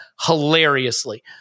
hilariously